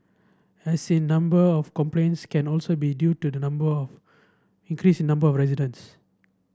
as in number of complaints can also be due to the number of increase the number of residents